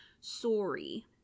sorry